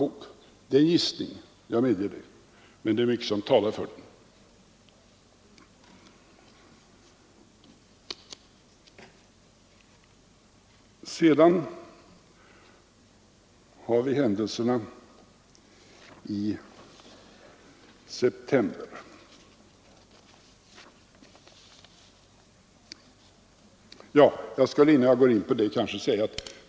Det är en gissning, det medger jag, men mycket talar för att den är riktig.